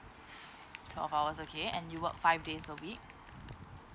twelve hours okay and you work five days a week